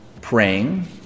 praying